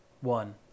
one